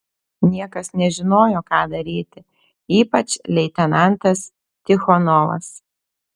niekas nežinojo ką daryti ypač leitenantas tichonovas